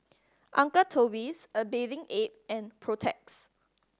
Uncle Toby's A Bathing Ape and Protex